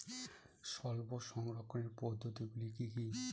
ফসল সংরক্ষণের পদ্ধতিগুলি কি কি?